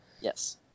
Yes